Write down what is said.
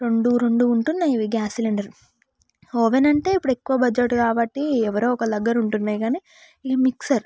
రెండు రెండు ఉంటున్నాయి ఇవి గ్యాస్ సిలిండర్లు ఓవెన్ అంటే ఇప్పుడు ఎక్కువ బడ్జెట్ కాబట్టి ఎవరో ఒకరి దగ్గర ఉంటున్నాయి కానీ ఇగ మిక్సర్